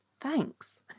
Thanks